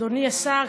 אדוני השר,